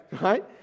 right